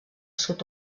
sud